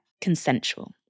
consensual